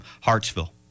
hartsville